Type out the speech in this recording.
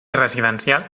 residencial